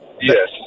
Yes